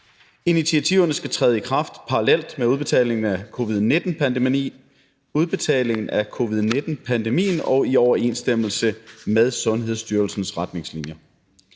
initiativerne skal udbetalingen træde i kraft parallelt med covid-19-pandemien og i overensstemmelse med Sundhedsstyrelsens retningslinjer.